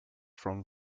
from